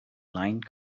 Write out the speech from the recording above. line